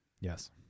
yes